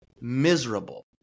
miserable